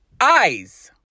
eyes